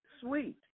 sweet